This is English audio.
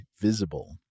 Visible